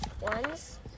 ones